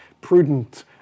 prudent